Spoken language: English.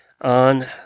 on